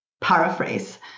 paraphrase